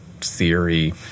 theory